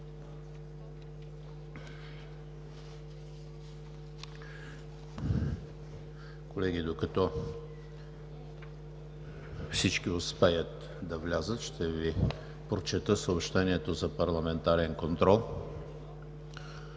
Колеги, докато всички успеят да влязат, ще Ви прочета съобщението за парламентарен контрол.